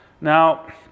now